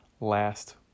last